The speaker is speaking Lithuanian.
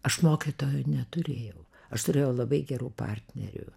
aš mokytojo neturėjau aš turėjau labai gerų partnerių